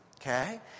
okay